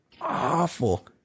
awful